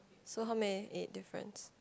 so how many eight difference